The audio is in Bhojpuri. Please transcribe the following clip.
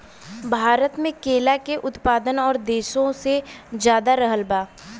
भारत मे केला के उत्पादन और देशो से ज्यादा रहल बा